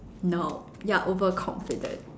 no you are overconfident